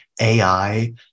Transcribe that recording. AI